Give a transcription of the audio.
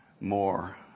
more